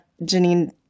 Janine